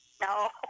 No